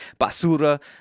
basura